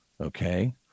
okay